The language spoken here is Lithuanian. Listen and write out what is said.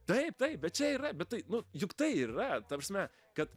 taip taip bet čia yra bet tai nu juk tai ir yra ta prasme kad